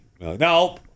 No